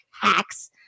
hacks